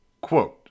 Quote